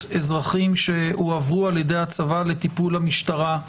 אזרחים שהועברו על ידי הצבא לטיפול המשטרה?